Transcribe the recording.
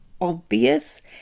obvious